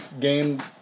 game